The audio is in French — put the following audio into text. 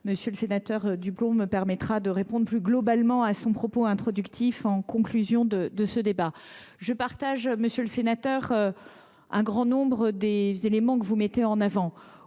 M. le sénateur Duplomb me permettra de répondre plus globalement à son propos introductif en conclusion du débat. Je partage, monsieur le sénateur, un grand nombre des constats que vous mettez en avant.